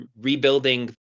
rebuilding